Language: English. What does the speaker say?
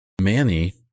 Manny